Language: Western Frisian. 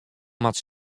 moat